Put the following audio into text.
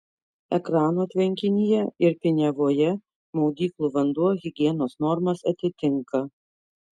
ekrano tvenkinyje ir piniavoje maudyklų vanduo higienos normas atitinka